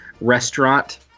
restaurant